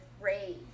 rage